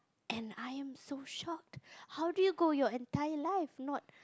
and I am so shocked how do you go your entire life not